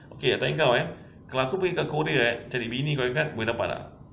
okay tanya kau eh kalau aku pergi kat korea eh cari bini kau ingat boleh dapat tak